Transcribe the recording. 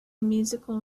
musical